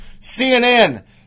CNN